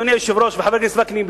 אדוני היושב-ראש וחבר הכנסת וקנין,